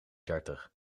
dertig